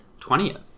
20th